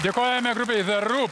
dėkojame grupei the rup